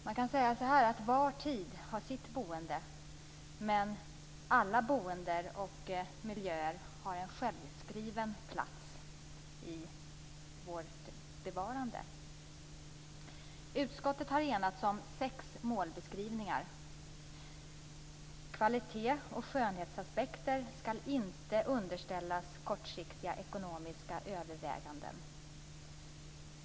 Man kan säga att var tid har sitt boende, men allt boende och alla miljöer har en självskriven plats i vårt bevarande. Utskottet har enats om sex målbeskrivningar: Kvalitet och skönhetsaspekter skall inte underställas kortsiktiga ekonomiska överväganden.